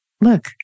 look